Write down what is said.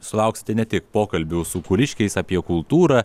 sulauksite ne tik pokalbių su kuliškiais apie kultūrą